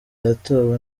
yatowe